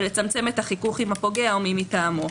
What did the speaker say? ולצמצם את החיכוך עם הפוגע או מי מטעמו.